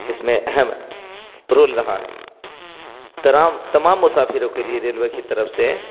اس میں اہم رول رہا ہے تمام تمام مسافروں کے لیے ریلوے کی طرف سے